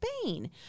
Spain